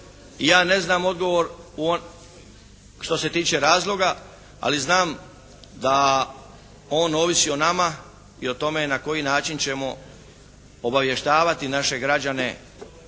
ja ne znam odgovor što se tiče razloga ali znam da on ovisi o nama i o tome na koji način ćemo obavještavati naše građane